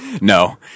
No